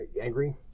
angry